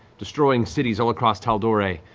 destroying cities all across tal'dorei,